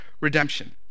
redemption